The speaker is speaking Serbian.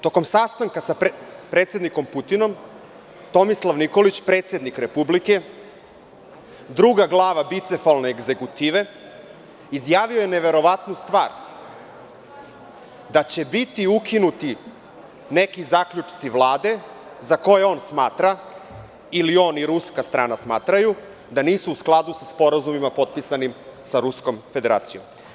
Tokom sastanka sa predsednikom Putinom, Tomislav Nikolić, predsednik Republike, druga glava bicefalne egzekutive, izjavio je neverovatnu stvar, da će biti ukinuti neki zaključci Vlade za koje on smatra, ili on i ruska strana smatraju, da nisu u skladu sa sporazumima potpisanim sa Ruskom Federacijom.